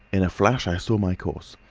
in a flash i saw my course.